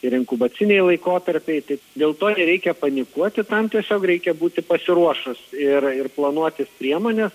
ir inkubaciniai laikotarpiai tai dėl to nereikia panikuoti tam tiesiog reikia būti pasiruošus ir ir planuotis priemones